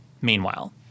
meanwhile